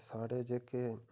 साढ़े जेह्के